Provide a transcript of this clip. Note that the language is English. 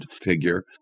figure